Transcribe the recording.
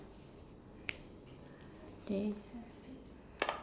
okay